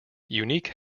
unique